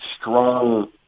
strong